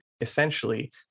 Essentially